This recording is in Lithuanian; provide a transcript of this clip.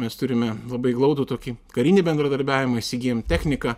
mes turime labai glaudų tokį karinį bendradarbiavimą įsigijom techniką